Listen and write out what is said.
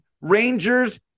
Rangers